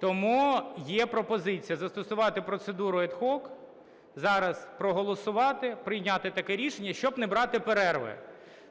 Тому є пропозиція застосувати процедуру ad hoc, зараз проголосувати, прийняти таке рішення, щоб не брати перерви.